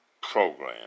program